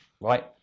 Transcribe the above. right